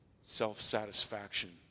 self-satisfaction